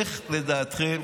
איך לדעתכם